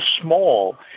small